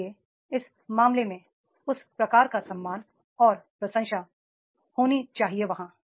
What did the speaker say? इसलिए इस मामले में उस प्रकार का सम्मान और प्रशंसा होनी चाहिए वहाँ